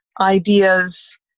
ideas